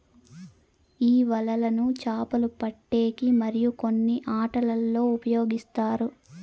ఈ వలలను చాపలు పట్టేకి మరియు కొన్ని ఆటలల్లో ఉపయోగిస్తారు